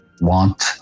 want